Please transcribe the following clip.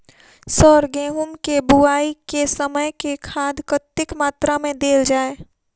Sir गेंहूँ केँ बोवाई केँ समय केँ खाद कतेक मात्रा मे देल जाएँ?